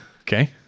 Okay